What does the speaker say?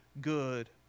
good